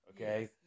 okay